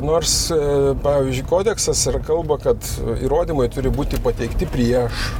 nors pavyzdžiui kodeksas ir kalba kad įrodymai turi būti pateikti prieš